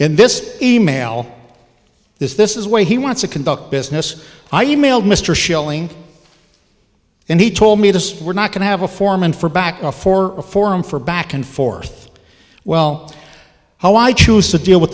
in this e mail is this is why he wants to conduct business i emailed mr schilling and he told me this we're not going to have a foreman for back for a forum for back and forth well how i choose to deal with